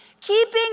keeping